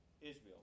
Israel